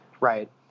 Right